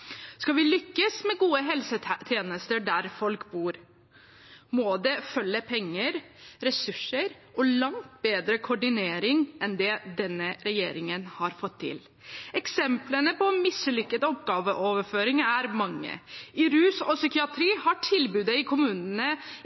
Skal vi lykkes med gode helsetjenester der folk bor, må det følge med penger, ressurser og langt bedre koordinering enn det denne regjeringen har fått til. Eksemplene på mislykket oppgaveoverføring er mange. Innen rus og psykiatri har tilbudet i kommunene